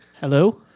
Hello